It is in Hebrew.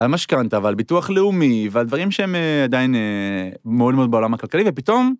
על משכנתה, אבל על ביטוח לאומי ועל דברים שהם עדיין מעולמות בעולם הכלכלי, ופתאום...